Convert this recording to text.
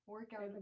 Workout